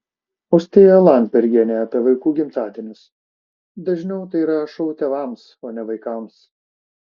austėja landsbergienė apie vaikų gimtadienius dažniau tai yra šou tėvams o ne vaikams